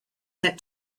set